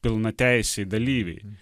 pilnateisiai dalyviai